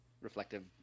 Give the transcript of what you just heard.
reflective